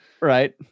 Right